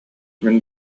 мин